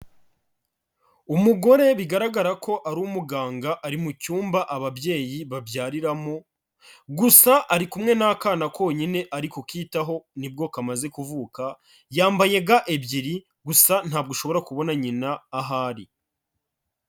Umugore bigaragara ko ari umuganga, ari mu cyumba ababyeyi babyariramo, gusa ari kumwe n'akana konyine ari ku kitaho nibwo kamaze kuvuka, yambaye ga ebyiri gusa ntabwo ushobora kubona nyina ahari.